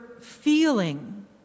feeling